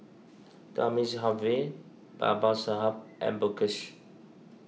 Thamizhavel Babasaheb and Mukesh